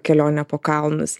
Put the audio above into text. kelionę po kalnus